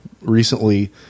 recently